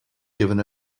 given